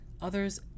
others